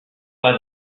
pas